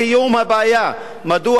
מדוע לא מקפיאים את ההריסה